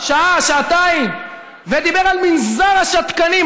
שעה, שעתיים, ודיבר על מנזר השתקנים.